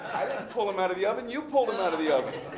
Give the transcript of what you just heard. i didn't pull them out of the oven. you pulled them out of the oven.